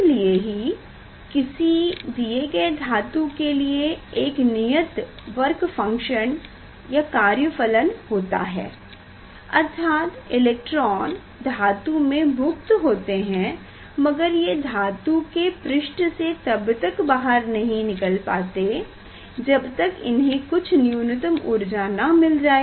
इसलिए ही किसी दिये गए धातु के लिए एक नियत वर्क फंकशन कार्य फलन होता है अर्थात इलेक्ट्रॉन धातु में मुक्त होते हैं मगर ये धातु के पृष्ठ से तब तक बाहर नहीं निकाल सकते जब तक इन्हें कुछ न्यूनतम ऊर्जा न मिल जाए